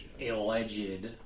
alleged